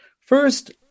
First